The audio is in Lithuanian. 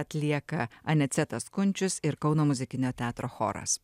atlieka anicetas kunčius ir kauno muzikinio teatro choras